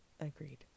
agreed